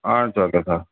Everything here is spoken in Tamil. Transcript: ah it's okay sir